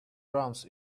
drums